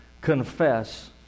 confess